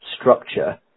structure